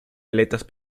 aletas